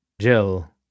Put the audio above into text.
Jill